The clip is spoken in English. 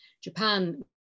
Japan